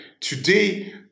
today